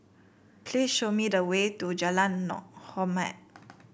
please show me the way to Jalan nor Hormat